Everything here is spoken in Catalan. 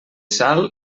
sal